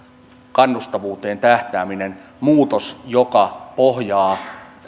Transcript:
kannustavuuteen tähtäämisen muutoksen joka ohjaa